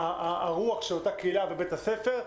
הרוח של אותה קהילה ובית ספר.